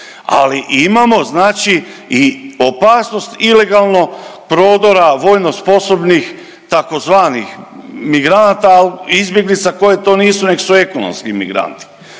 Ali imamo znači i opasnost ilegalno prodora vojno sposobnih tzv. migranata al izbjeglica koje to nisu nego su ekonomski migranti.